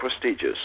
prestigious